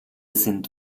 sind